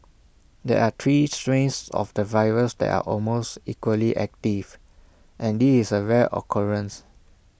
there are three strains of the virus that are almost equally active and this is A rare occurrence